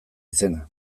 izena